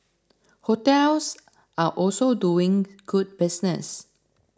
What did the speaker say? hotels are also doing good business